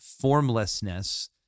formlessness